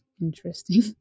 Interesting